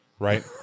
right